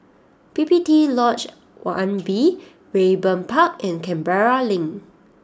P P T Lodge one B Raeburn Park and Canberra Link